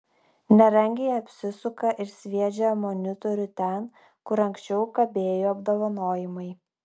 nerangiai apsisuka ir sviedžią monitorių ten kur anksčiau kabėjo apdovanojimai